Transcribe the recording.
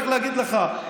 רק אגיד לך,